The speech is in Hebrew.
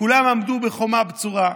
כולם עמדו בחומה בצורה.